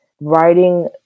writing